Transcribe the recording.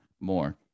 more